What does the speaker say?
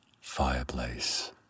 fireplace